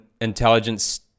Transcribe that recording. intelligence